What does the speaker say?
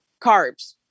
carbs